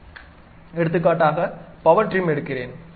எனவே எடுத்துக்காட்டாக power trim எடுக்கிறேன்